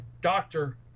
doctor